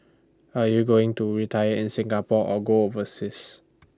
are you going to retire in Singapore or go overseas